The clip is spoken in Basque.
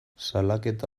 salaketa